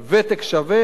הקשיש ביניהם.